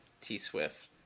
T-Swift